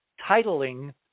titling